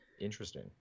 interesting